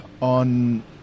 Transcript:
on